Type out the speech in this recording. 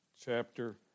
chapter